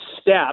step